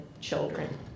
children